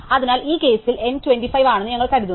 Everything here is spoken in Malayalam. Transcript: അതിനാൽ ഈ കേസിൽ N 25 ആണെന്ന് ഞങ്ങൾ കരുതുന്നു